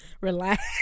Relax